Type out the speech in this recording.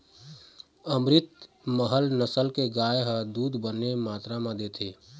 अमरितमहल नसल के गाय ह दूद बने मातरा म देथे